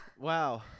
wow